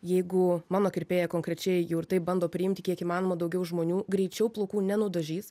jeigu mano kirpėja konkrečiai jau ir taip bando priimti kiek įmanoma daugiau žmonių greičiau plaukų nenudažys